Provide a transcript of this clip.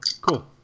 cool